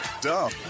dumb